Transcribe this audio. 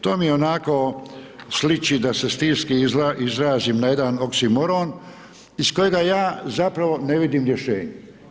To mi onako sliči da se stilski izrazim na jedan oksimoron iz kojega ja zapravo ne vidim rješenje.